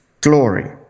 glory